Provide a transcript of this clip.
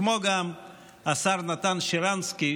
כמו גם השר נתן שרנסקי,